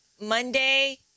Monday